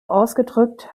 ausgedrückt